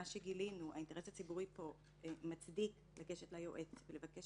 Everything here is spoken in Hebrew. שהאינטרס הציבורי פה מצדיק לגשת ליועץ ולבקש